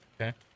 Okay